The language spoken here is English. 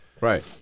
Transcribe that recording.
right